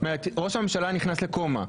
זאת אומרת ראש הממשלה נכנס לקומה,